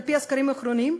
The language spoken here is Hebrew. על-פי הסקרים האחרונים,